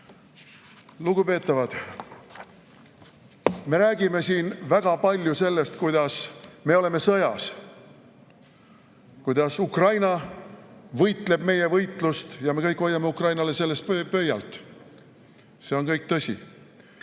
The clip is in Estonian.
Lugupeetavad! Me räägime siin väga palju sellest, kuidas me oleme sõjas, kuidas Ukraina võitleb meie võitlust ja me kõik hoiame Ukrainale pöialt. See on kõik tõsi.